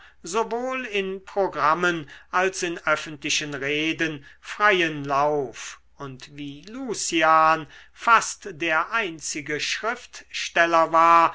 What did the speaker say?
sowohl in programmen als in öffentlichen reden freien lauf und wie lucian fast der einzige schriftsteller war